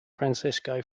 francisco